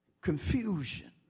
confusion